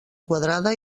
quadrada